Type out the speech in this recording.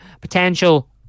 potential